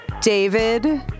David